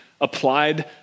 applied